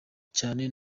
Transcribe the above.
cyane